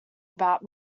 about